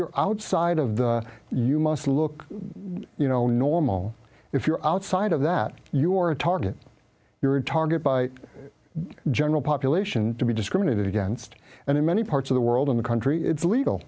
you're outside of the you must look you know normal if you're outside of that you're a target you're a target by general population to be discriminated against and in many parts of the world in the country it's legal